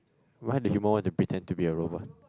why Nemo want to pretend to be a robot